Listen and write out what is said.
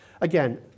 Again